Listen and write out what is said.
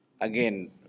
again